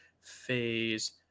phase